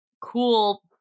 cool